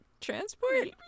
transport